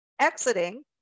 exiting